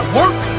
work